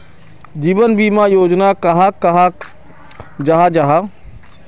जीवन बीमा योजना कहाक कहाल जाहा जाहा?